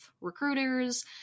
recruiters